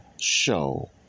show